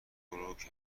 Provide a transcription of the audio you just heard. بروک